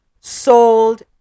sold